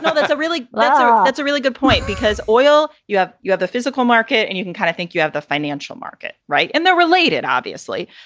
ah that's a really but that's a really good point, because oil you have you have the physical market and you can kind of think you have the financial market. right. and the related, obviously.